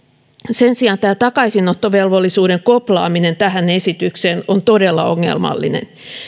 sen sijaan takaisinottovelvollisuuden koplaaminen tähän esitykseen on todella ongelmallista